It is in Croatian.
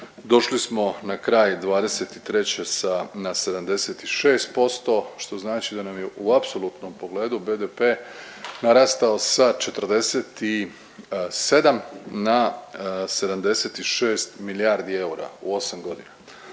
došli smo na kraj '23. sa na 76% što znači da nam je u apsolutnom pogledu BDP narastao sa 47 na 76 milijardi eura u 8 godina.